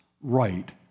right